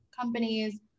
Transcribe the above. companies